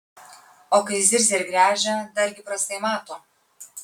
o kai zirzia ir gręžia dargi prastai mato